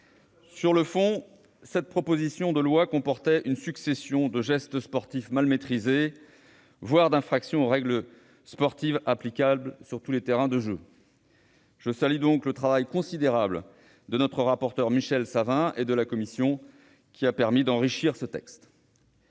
Sur le fond, cette proposition de loi comportait une succession de gestes sportifs mal maîtrisés, voire d'infractions aux règles sportives applicables sur tous les terrains de jeu. Je salue donc le travail considérable de notre rapporteur Michel Savin et de la commission, qui a permis d'enrichir ce texte.